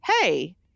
Hey